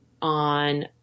on